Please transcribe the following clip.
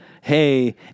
hey